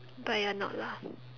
but you're not lah